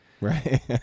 Right